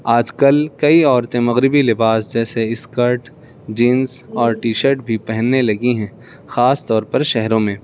آج کل کئی عورتیں مغربی لباس جیسے اسکرٹ جینس اور ٹی شرٹ بھی پہننے لگی ہیں خاص طور پر شہروں میں